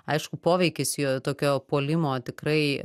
aišku poveikis jo tokio puolimo tikrai